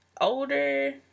older